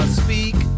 speak